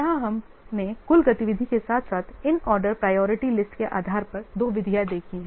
यहां हमने कुल गतिविधि के साथ साथ इन ऑर्डर प्रायोरिटी लिस्ट के आधार पर दो विधियां देखी हैं